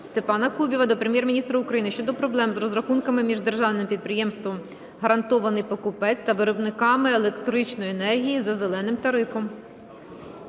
Степана Кубіва до Прем'єр-міністра України щодо проблем з розрахунками між державним підприємством "Гарантований покупець" та виробниками електричної енергії за "зеленим" тарифом.